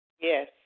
Yes